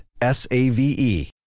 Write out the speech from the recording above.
S-A-V-E